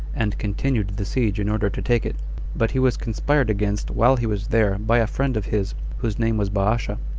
and continued the siege in order to take it but he was conspired against while he was there by a friend of his, whose name was baasha,